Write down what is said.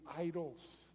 idols